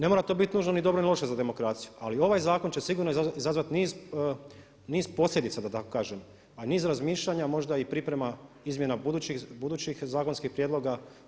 Ne mora to biti nužno ni dobro ni loše za demokraciju ali ovaj zakon će sigurno izazvati niz posljedica da tako kažem, a niz razmišljanja možda je i priprema izmjena budućih zakonskih prijedloga.